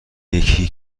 یکی